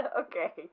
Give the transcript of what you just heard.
Okay